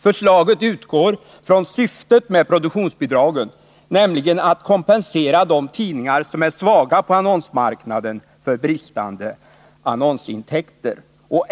Förslaget utgår från syftet med produktionsbidragen, nämligen att kompensera de tidningar som är svaga på annonsmarknaden på grund av bristande annonsintäkter.